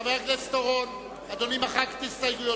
חבר הכנסת אורון, אדוני מחק את הסתייגויותיו.